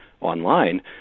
online